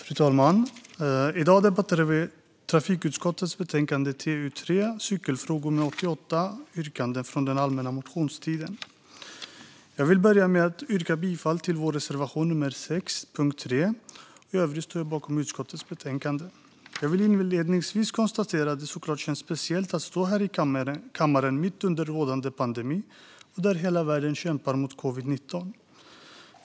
Fru talman! I dag debatterar vi Trafikutskottets betänkande TU3 Cykelfrågor , med 88 yrkanden från den allmänna motionstiden. Jag vill börja med att yrka bifall till vår reservation nr 6 under punkt 3. I övrigt står jag bakom utskottets förslag. Jag vill inledningsvis konstatera att det känns speciellt att stå här i kammaren mitt under rådande pandemi, när hela världen kämpar mot covid19.